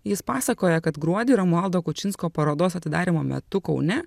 jis pasakoja kad gruodį romualdo kučinsko parodos atidarymo metu kaune